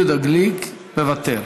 יהודה גליק, מוותר.